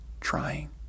trying